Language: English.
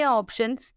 options